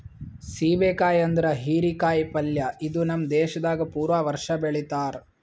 ಸೀಬೆ ಕಾಯಿ ಅಂದುರ್ ಹೀರಿ ಕಾಯಿ ಪಲ್ಯ ಇದು ನಮ್ ದೇಶದಾಗ್ ಪೂರಾ ವರ್ಷ ಬೆಳಿತಾರ್